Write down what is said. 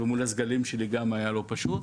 ומול הסגלים שלי גם היה לא פשוט.